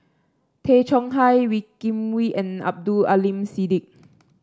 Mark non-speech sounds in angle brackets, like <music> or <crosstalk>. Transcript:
Tay Chong Hai Wee Kim Wee and Abdul Aleem Siddique <noise>